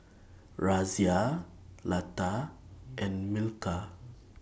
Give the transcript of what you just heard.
Razia Lata and Milkha